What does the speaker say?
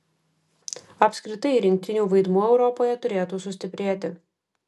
apskritai rinktinių vaidmuo europoje turėtų sustiprėti